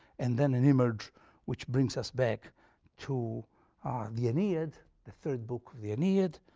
and then an image which brings us back to ah the aeneid, the third book of the aeneid,